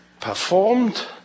performed